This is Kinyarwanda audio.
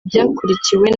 byakurikiwe